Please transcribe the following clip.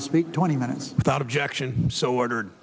to speak twenty minutes without objection so ordered